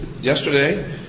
yesterday